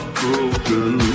broken